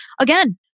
again